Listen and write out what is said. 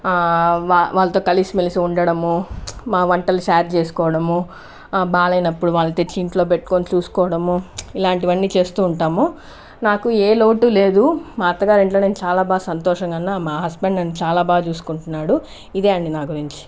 వాళ్ళ వాళ్ళతో కలిసి మెలిసి ఉండడము మా వంటలు షేర్ చేసుకోవడము బాగాలేనప్పుడు వాళ్ళని తెచ్చి ఇంట్లో పెట్టుకొని చూసుకోవడము ఇలాంటివన్నీ చేస్తూ ఉంటాము నాకు ఏ లోటు లేదు మా అత్తగారు ఇంట్లో నేను చాలా బాగా సంతోషంగా ఉన్నా మా హస్బెండ్ నన్ను చాలా బాగా చూసుకుంటున్నాడు ఇదే అండి నా గురించి